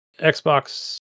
Xbox